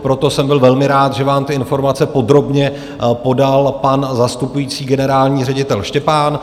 Proto jsem byl velmi rád, že vám ty informace podrobně podal pan zastupující generální ředitel Štěpán.